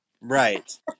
Right